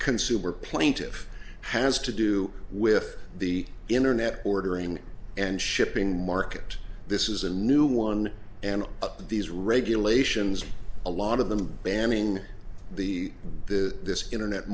consumer plaintive has to do with the internet ordering and shipping market this is a new one and these regulations a lot of them banning the the internet